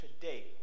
today